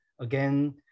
again